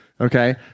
okay